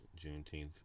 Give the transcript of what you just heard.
juneteenth